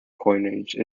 coinage